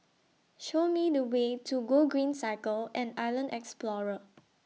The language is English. Show Me The Way to Gogreen Cycle and Island Explorer